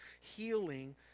healing